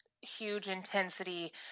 huge-intensity